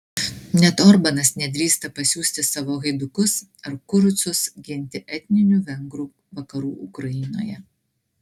net orbanas nedrįsta pasiųsti savo haidukus ar kurucus ginti etninių vengrų vakarų ukrainoje